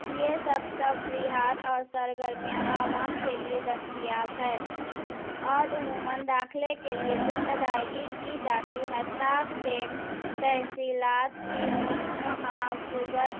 یہ سب تفریحات اور سرگرمیاں عوام کے لیے دستیاب ہے اور عموماً داخلے کے لیے کچھ ادائیگی کی جاتی ہے تاکہ تحصیلات کی محافظت